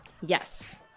Yes